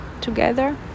together